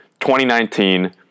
2019